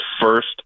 first